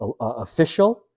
official